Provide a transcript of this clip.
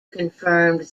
confirmed